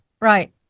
Right